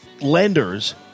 lenders